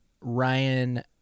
Ryan